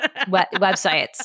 websites